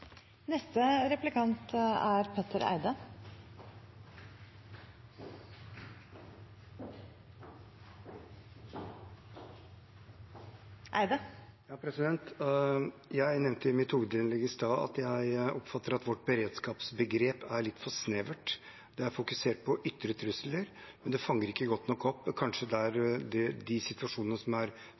Jeg nevnte i mitt hovedinnlegg i stad at jeg oppfatter at vårt beredskapsbegrep er for snevert. Det fokuserer på ytre trusler og fanger ikke godt nok opp de situasjoner som kanskje